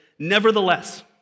Nevertheless